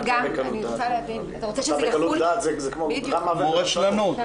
המתה בקלות דעת זה כמו --- כמו רשלנות.